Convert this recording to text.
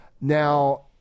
Now